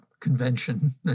convention